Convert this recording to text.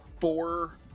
four